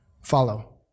Follow